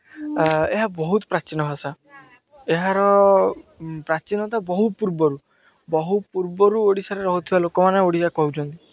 ଏହା ବହୁତ ପ୍ରାଚୀନ ଭାଷା ଏହାର ପ୍ରାଚୀନତା ବହୁ ପୂର୍ବରୁ ବହୁ ପୂର୍ବରୁ ଓଡ଼ିଶାରେ ରହୁଥିବା ଲୋକମାନେ ଓଡ଼ିଆ କହୁଛନ୍ତି